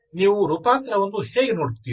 ಆದ್ದರಿಂದ ನೀವು ರೂಪಾಂತರವನ್ನು ಹೇಗೆ ನೋಡುತ್ತೀರಿ